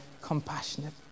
compassionate